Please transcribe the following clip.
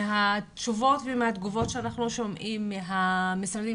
מהתשובות ומהתגובות שאנחנו שומעים מהמשרדים